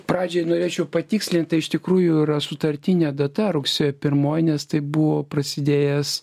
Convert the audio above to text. pradžiai norėčiau patikslint tai iš tikrųjų yra sutartinė data rugsėjo pirmoji nes tai buvo prasidėjęs